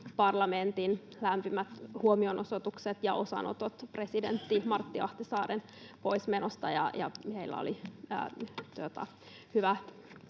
parlamenttinsa lämpimät huomionosoitukset ja osanotot presidentti Martti Ahtisaaren poismenosta. Heillä oli